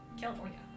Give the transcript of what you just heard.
California